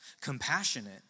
Compassionate